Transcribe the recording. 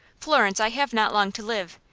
florence, i have not long to live.